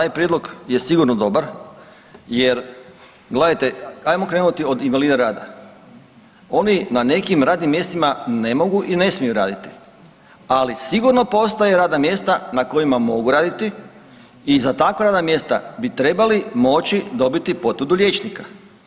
Taj prijedlog je sigurno dobar jer gledajte ajmo krenuti od invalida rada, oni na nekim radnim mjestima ne mogu i ne smiju raditi, ali sigurno postoje radna mjesta na kojima mogu raditi i za takva radna mjesta bi trebali moći dobiti potvrdu liječnika.